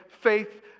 faith